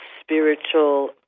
spiritual